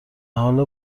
حالا